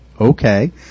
okay